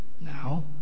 now